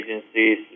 agencies